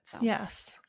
Yes